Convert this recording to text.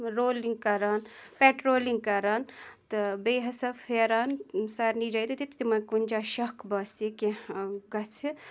rolling کَران patrolling کَران تہٕ بیٚیہِ ہَسا پھیران سارنی جاے ییٚتٮ۪تھ ییٚتٮ۪تھ تِمَن کُنہِ جاے شَکھ باسہِ کینٛہہ گژھِ